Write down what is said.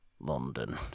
London